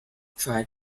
try